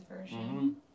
version